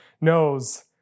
knows